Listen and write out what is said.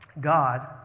God